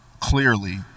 clearly